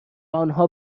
آنها